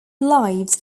lives